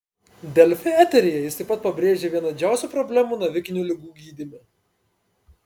delfi eteryje jis taip pat pabrėžė vieną didžiausių problemų navikinių ligų gydyme